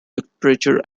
literature